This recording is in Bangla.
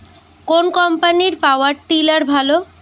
কোন কম্পানির পাওয়ার টিলার ভালো?